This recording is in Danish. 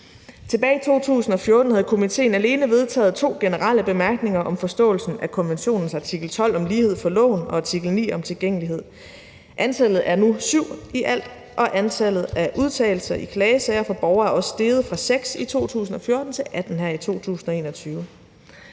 Tilbage i 2014 havde komitéen alene vedtaget to generelle bemærkninger om forståelsen af konventionens artikel 12 om lighed for loven og artikel 9 om tilgængelighed. Antallet er nu syv i alt, og antallet af udtalelser i klagesager for borgere er også steget fra 6 i 2014 til 18 her i 2021.